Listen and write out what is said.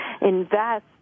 invest